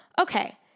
Okay